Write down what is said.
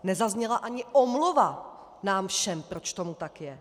Nezazněla ani omluva nám všem, proč tomu tak je.